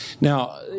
Now